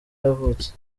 yavutse